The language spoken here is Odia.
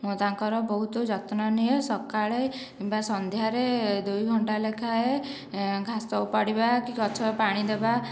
ମୁଁ ତାଙ୍କର ବହୁତ ଯତ୍ନ ନିଏ ସକାଳେ କିମ୍ବା ସନ୍ଧ୍ୟାରେ ଦୁଇଘଣ୍ଟା ଲେଖାଏ ଘାସ ଓପାଡ଼ିବା କି ଗଛରେ ପାଣି ଦେବା